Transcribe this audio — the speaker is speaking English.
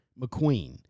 McQueen